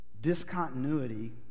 discontinuity